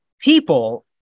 People